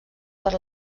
per